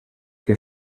que